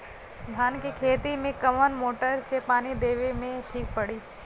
धान के खेती मे कवन मोटर से पानी देवे मे ठीक पड़ी?